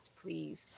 please